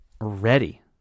ready